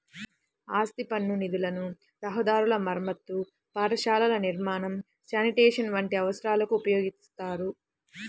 ఆస్తి పన్ను నిధులను రహదారుల మరమ్మతు, పాఠశాలల నిర్మాణం, శానిటేషన్ వంటి అవసరాలకు ఉపయోగిత్తారు